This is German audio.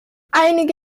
einige